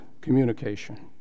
communication